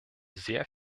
sehr